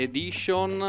Edition